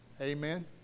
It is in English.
Amen